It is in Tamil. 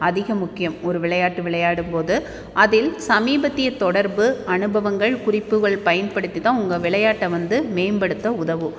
அதிக முக்கியம் ஒரு விளையாட்டு விளையாடும் போது அதில் சமீபத்திய தொடர்பு அனுபவங்கள் குறிப்புகள் பயன்படுத்தி தான் உங்கள் விளையாட்டை வந்து மேம்படுத்த உதவும்